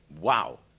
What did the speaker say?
wow